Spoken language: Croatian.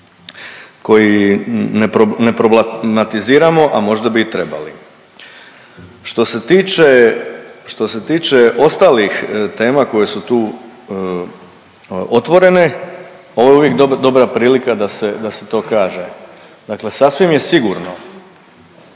koji ne problematiziramo a možda bi i trebali. Što se tiče, što se tiče ostalih tema koje su tu otvorene ovo je uvijek dobra prilika da se to kaže. Dakle, sasvim je sigurno